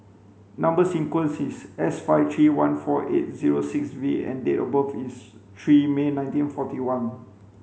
number sequence is S five three one four eight zero six V and date of birth is three May nineteen forty one